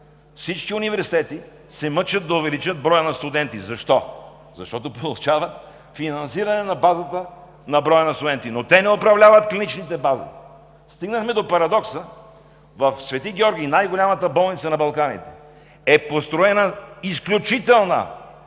всички университети се мъчат да увеличат броя на студентите. Защо?! Защото получават финансиране на базата на броя на студентите, но те не управляват клиничните бази. Стигнахме до парадокса: в „Свети Георги“ – най-голямата болница на Балканите, е построена изключителна